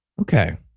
Okay